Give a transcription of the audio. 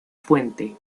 fuente